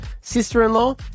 Sister-in-law